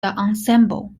ensemble